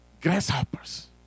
grasshoppers